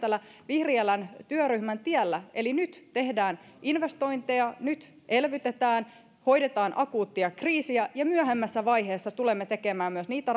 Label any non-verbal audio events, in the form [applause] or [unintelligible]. vihriälän työryhmän tiellä eli nyt tehdään investointeja nyt elvytetään hoidetaan akuuttia kriisiä ja myöhemmässä vaiheessa tulemme tekemään myös niitä [unintelligible]